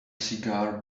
cigar